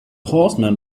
horseman